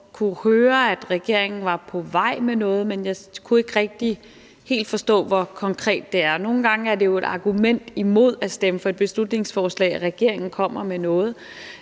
kunne høre, at regeringen er på vej med noget, men jeg kunne ikke rigtig helt forstå, hvor konkret det er. Nogle gange er det jo et argument imod at stemme for et beslutningsforslag, at regeringen kommer med noget,